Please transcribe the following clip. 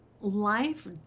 Life